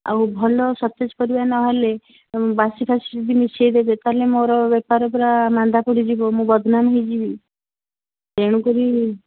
ଆଉ ଭଲ ସତେଜ ପରିବା ନ ହେଲେ ବାସିଫାସି ବି ମିଶେଇଦେବେ ତାହାଲେ ମୋର ବେପାର ପୁରା ମାନ୍ଦା ପଡ଼ିଯିବ ମୁଁ ବଦନାମ୍ ହେଇଯିବି ତେଣୁକରି